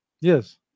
Yes